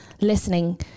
listening